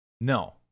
No